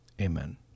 Amen